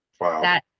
Wow